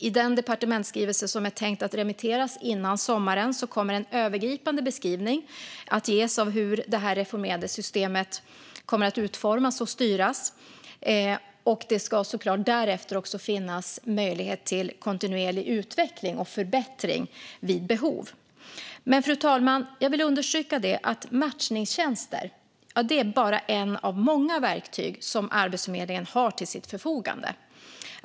I den departementsskrivelse som är tänkt att remitteras innan sommaren kommer en övergripande beskrivning att ges av hur det reformerade systemet kommer att utformas och styras. Det ska såklart därefter också finnas möjlighet till kontinuerlig utveckling och förbättring vid behov. Fru talman! Jag vill understryka att matchningstjänster bara är ett av många verktyg som Arbetsförmedlingen har till sitt förfogande.